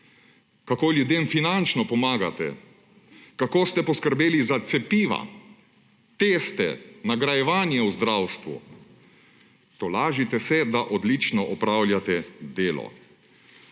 kako ljudem finančno pomagate, kako ste poskrbeli za cepiva, teste, nagrajevanje v zdravstvu. Tolažite se, da odlično opravljate del.